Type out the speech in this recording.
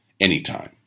anytime